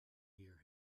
hear